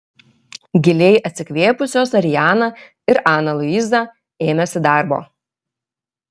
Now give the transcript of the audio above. giliai atsikvėpusios ariana ir ana luiza ėmėsi darbo